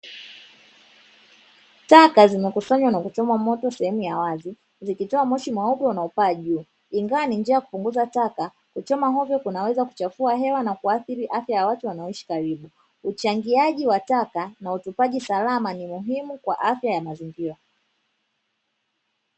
Taka zinakusanywa na kuchomwa moto sehemu ya wazi, zikitoa moshi mweupe unaopaa juu. Ingawa ni njia ya kupunguza taka, kuchoma hovyo kunaweza kuchafua hewa na kuathiri afya ya watu wanaoishi karibu. Uchangiaji wa taka na utupaji salama ni muhimu kwa afya ya mazingira.